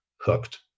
hooked